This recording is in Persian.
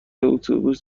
اتوبوس